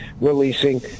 Releasing